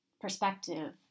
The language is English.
perspective